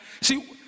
see